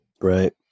right